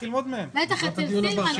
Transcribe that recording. ופה 1 בדצמבר.